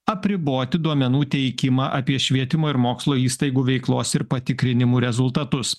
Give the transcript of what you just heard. apriboti duomenų teikimą apie švietimo ir mokslo įstaigų veiklos ir patikrinimų rezultatus